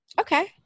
okay